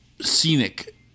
scenic